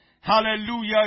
Hallelujah